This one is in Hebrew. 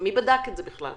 מי בדק את זה בכלל?